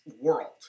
world